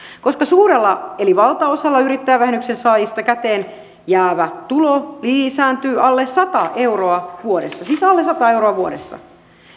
koska suurella eli valtaosalla yrittäjävähennyksen saajista käteen jäävä tulo lisääntyy alle sata euroa vuodessa siis alle sata euroa vuodessa